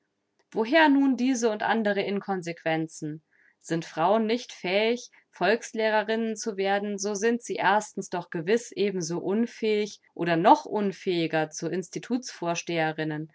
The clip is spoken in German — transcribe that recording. woher nun diese und andere inkonsequenzen sind frauen nicht fähig volkslehrerinnen zu werden so sind sie erstens doch gewiß ebenso unfähig oder noch unfähiger zu